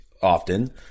often